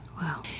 Wow